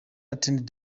attended